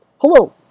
Hello